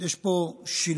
יש פה שילוב,